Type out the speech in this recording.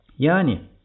Yani